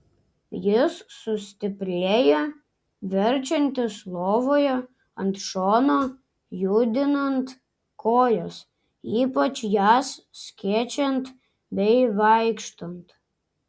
jis sustiprėja verčiantis lovoje ant šono judinant kojas ypač jas skečiant bei vaikštant